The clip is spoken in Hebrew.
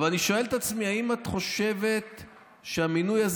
אבל אני שואל את עצמי: האם את חושבת שהמינוי הזה